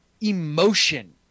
emotion